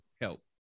help